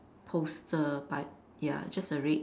poster but ya just a red